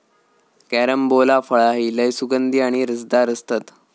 carambola फळा ही लय सुगंधी आणि रसदार असतत